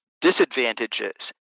disadvantages